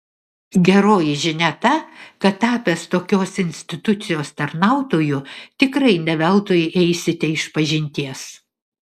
geroji žinia ta kad tapęs tokios institucijos tarnautoju tikrai ne veltui eisite išpažinties